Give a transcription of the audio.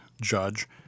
judge